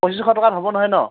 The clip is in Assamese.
পঁচিছশ টকাত হ'ব নহয় ন'